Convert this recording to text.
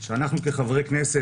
שאנחנו כחברי כנסת,